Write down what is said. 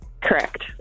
Correct